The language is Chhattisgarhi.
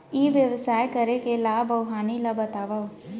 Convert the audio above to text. ई व्यवसाय करे के लाभ अऊ हानि ला बतावव?